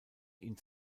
ihn